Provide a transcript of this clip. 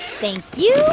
thank you.